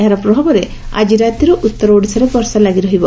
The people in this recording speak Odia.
ଏହାର ପ୍ରଭାବରେ ଆକି ରାତିର୍ ଉତ୍ତର ଓଡ଼ିଶାରେ ବର୍ଷା ଲାଗିରହିବ